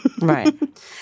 right